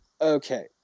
Okay